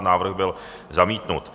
Návrh byl zamítnut.